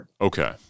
Okay